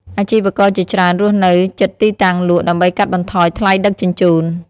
អាជីវករជាច្រើនរស់នៅជិតទីតាំងលក់ ដើម្បីកាត់បន្ថយថ្លៃដឹកជញ្ជូន។